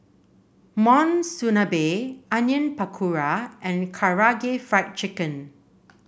Monsunabe Onion Pakora and Karaage Fried Chicken